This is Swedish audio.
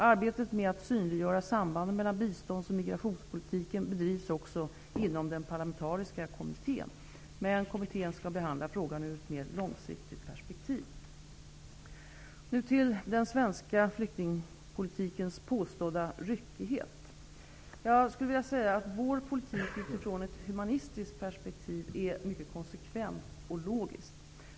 Arbetet med att synliggöra sambanden mellan biståndsoch migrationspolitiken bedrivs också inom den parlamentariska kommittén. Men kommittén skall behandla frågan ur ett mer långsiktigt perspektiv. Nu till den svenska flyktingpolitikens påstådda ryckighet. Jag skulle vilja säga att vår politik -- utifrån ett humanistiskt perspektiv -- är mycket konsekvent och logisk.